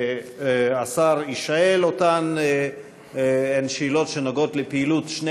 שהשר יישאל הן שאלות שנוגעות לפעילות שני